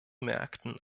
märkten